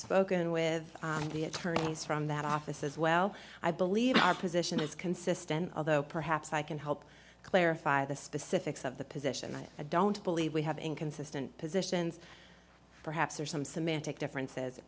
spoken with the attorneys from that office as well i believe our position is consistent although perhaps i can help clarify the specifics of the position i don't believe we have inconsistent positions perhaps there are some semantic differences